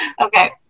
Okay